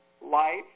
life